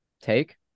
take